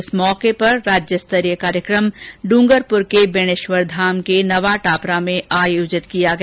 इस मौके पर राज्य स्तरीय कार्यक्रम डूंगरपुर के बेणेश्वर धाम के नवा टापरा में आयोजित किया गया